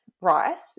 rice